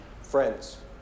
friends